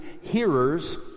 hearers